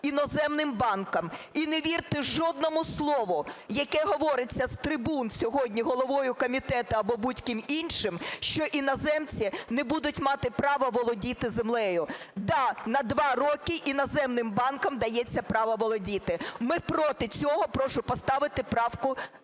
іноземним банкам. І не вірте жодному слову, яке говориться з трибун сьогодні головою комітету або будь-ким іншим, що іноземці не будуть мати право володіти землею. Да, на два роки іноземним банкам дається право володіти. Ми проти цього. Прошу поставити правку на